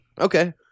Okay